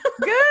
Good